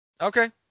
Okay